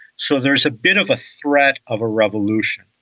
so there is a bit of a threat of a revolution.